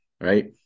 right